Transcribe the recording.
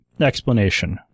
Explanation